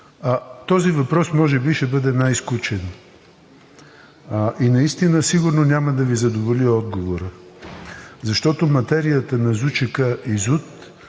този въпрос може би ще бъде най-скучен и наистина сигурно няма да Ви задоволи отговорът, защото материята на ЗУЧК и ЗУТ